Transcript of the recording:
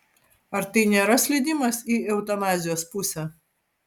ar tai nėra slydimas į eutanazijos pusę